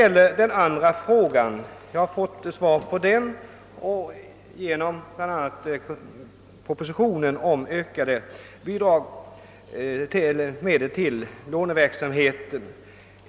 På den andra frågan har jag bl.a. fått svar genom propositionen om ökade anslag till låneverksamheten.